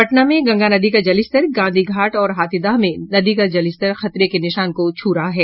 पटना में गंगा नदी का जलस्तर गांधी घाट और हाथीदह में नदी का जलस्तर खतरे के निशान को छू रहा है